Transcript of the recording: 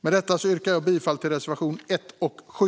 Med detta yrkar jag bifall till reservationerna 1 och 7.